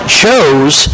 chose